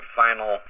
final